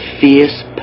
fierce